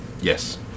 Yes